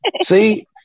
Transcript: see